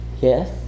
Yes